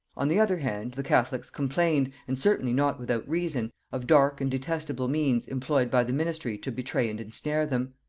on the other hand, the catholics complained, and certainly not without reason, of dark and detestable means employed by the ministry to betray and ensnare them.